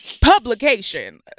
publication